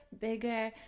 bigger